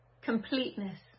completeness